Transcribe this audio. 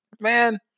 man